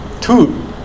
Two